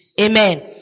Amen